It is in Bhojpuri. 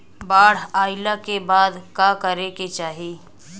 बाढ़ आइला के बाद का करे के चाही?